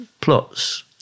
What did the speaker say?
plots